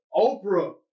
Oprah